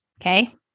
Okay